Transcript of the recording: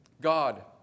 God